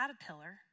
caterpillar